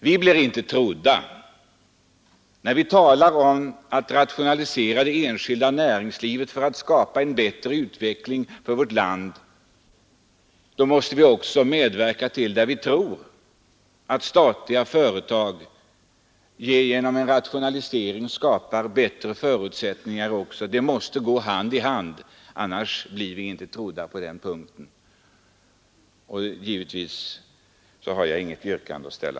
Vi blir inte trodda, när vi talar om att rationalisera det enskilda näringslivet för att skapa en bättre utveckling för vårt land, om vi inte också medverkar till att rationalisera statliga företag. Strävandena måste gå hand i hand på dessa båda områden. Givetvis har jag inget yrkande att ställa.